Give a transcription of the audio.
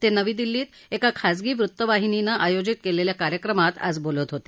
ते नवी दिल्लीत एका खासगी वृत्तवाहिनीनं आयोजित केलेल्या कार्यक्रमात आज बोलत होते